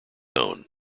own